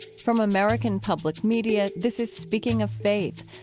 from american public media, this is speaking of faith,